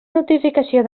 notificació